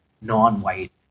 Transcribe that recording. non-white